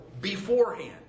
beforehand